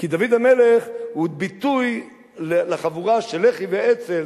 כי דוד המלך הוא ביטוי לחבורה של לח"י ואצ"ל,